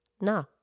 No